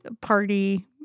party